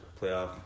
playoff